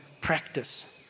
practice